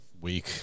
week